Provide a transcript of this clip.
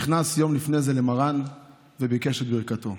הוא נכנס יום לפני זה למרן וביקש את ברכתו.